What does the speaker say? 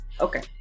Okay